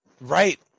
Right